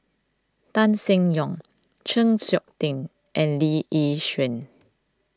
Tan Seng Yong Chng Seok Tin and Lee Yi Shyan